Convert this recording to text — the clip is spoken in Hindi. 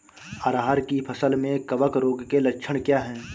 अरहर की फसल में कवक रोग के लक्षण क्या है?